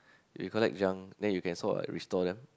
you collect junk then you can sort of restore them